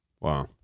Wow